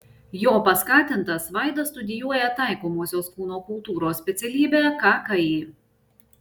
jo paskatintas vaidas studijuoja taikomosios kūno kultūros specialybę kki